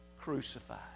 crucified